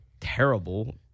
terrible